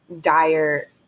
dire